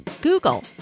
Google